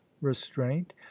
restraint